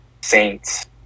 Saints